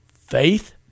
faith